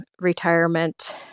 retirement